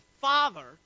Father